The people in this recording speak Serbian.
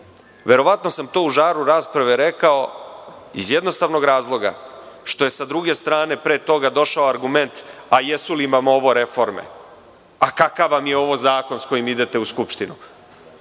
verovatno sam to u žaru rasprave rekao iz jednostavno razloga što je sa druge strane pre toga došao argument – jesu li vam ovo reforme, a kakav vam je ovo zakon sa kojim idete u Skupštinu,